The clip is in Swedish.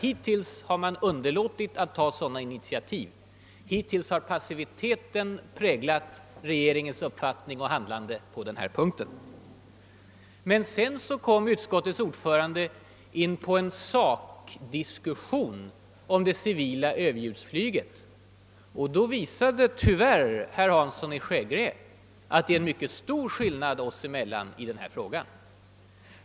Hittills har man underlåtit att ta sådana initiativ. Hittills har passiviteten präglat regeringens hållning i den här frågan. Sedan kom utskottets ordförande in på en sakdiskussion om det civila överljudsflyget. Då visade tyvärr herr Hansson i Skegrie att det är en mycket stor skillnad mellan våra uppfattningar.